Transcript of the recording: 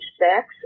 sex